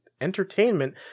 entertainment